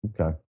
okay